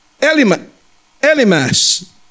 Elimas